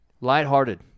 lighthearted